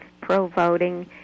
pro-voting